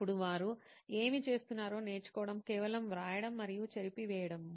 అప్పుడు వారు ఏమి చేస్తున్నారో నేర్చుకోవడం కేవలం వ్రాయడం మరియు చెరిపివేయడం